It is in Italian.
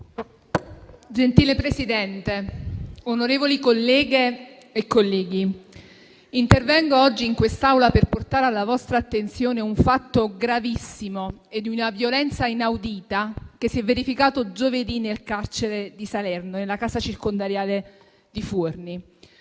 Signor Presidente, onorevoli colleghe e colleghi, intervengo oggi in quest'Aula per portare alla vostra attenzione un fatto gravissimo e di una violenza inaudita che si è verificato giovedì nel carcere di Salerno, nella casa circondariale di Fuorni.